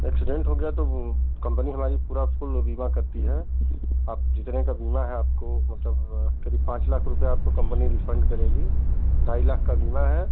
accident हो गया तो कंपनी हमारी पूरा फुल बीमा करती है आप जितने का बीमा है आपको मतलब क़रीब पाँच लाख रुपये आपको कंपनी रिफंड करेगी ढाई लाख का बीमा है